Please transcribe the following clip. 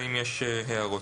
הערות?